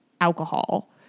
alcohol